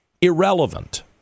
Irrelevant